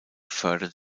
förderte